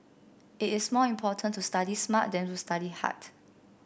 it is more important to study smart than to study hard